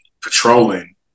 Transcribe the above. patrolling